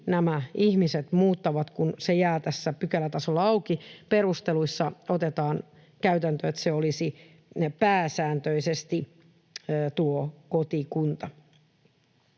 nämä ihmiset muuttavat, kun se jää tässä pykälätasolla auki. Perusteluissa otetaan käytäntö, että se olisi pääsääntöisesti kotikunta.